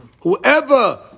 Whoever